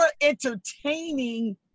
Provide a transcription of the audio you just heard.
entertaining